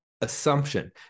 assumption